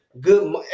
good